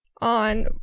on